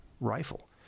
rifle